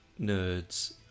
nerds